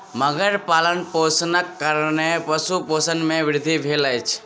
मगर पालनपोषणक कारणेँ पशु शोषण मे वृद्धि भेल अछि